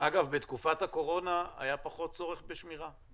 אגב, בתקופת הקורונה היה פחות צורך בשמירה.